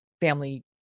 family